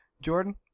Jordan